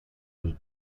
was